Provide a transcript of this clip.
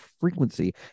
frequency